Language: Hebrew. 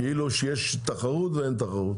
כאילו שיש תחרות ואין תחרות.